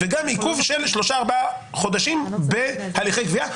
וגם עיכוב של שלושה-ארבעה חודשים בהליכי גבייה,